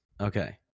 Okay